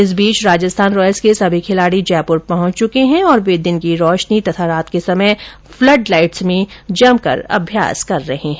इस बीच राजस्थान रॉयल्स के सभी खिलाड़ी जयपुर पहुंच चुके हैं तथा वे दिन की रोशनी तथा रात के समय फ्लड लाइट्स में जमकर अभ्यास कर रहे हैं